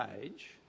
age